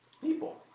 People